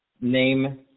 name